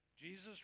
Jesus